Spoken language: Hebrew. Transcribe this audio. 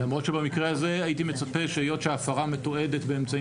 למרות שבמקרה הזה הייתי מצפה שהיות שההפרה מתועדת באמצעים